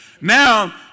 Now